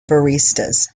barristers